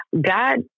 God